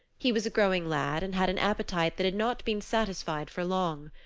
he was a growing lad and had an appetite that had not been satisfied for long.